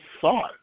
thought